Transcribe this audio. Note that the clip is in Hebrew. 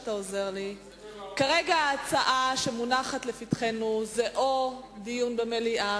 כרגע ההצעה שמונחת לפתחנו היא או דיון במליאה,